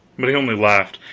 but he only laughed,